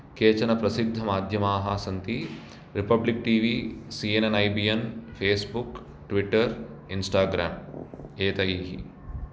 केचन प्रसिद्धमाध्यमाः सन्ति Republic TV C N N I B N Facebook Twitter Instagram एतैः